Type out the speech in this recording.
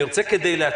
אני רוצה להתחיל